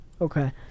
Okay